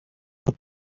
arab